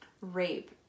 rape